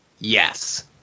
Yes